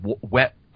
wet